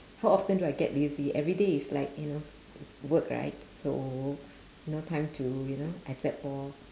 how often do I get lazy everyday is like you know work right so you know time to you know except for